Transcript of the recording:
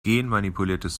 genmanipuliertes